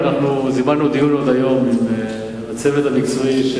אנחנו זימנו דיון עוד היום עם הצוות המקצועי של